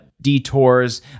detours